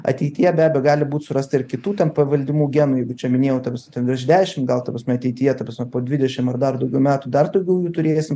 ateityje be abejo gali būt surasta ir kitų ten paveldimų genų jeigu čia minėjau ta prasme virš dešim gal ta prasme ateityje ta prasme po dvidešim ar dar daugiau metų dar daugiau jų turėsim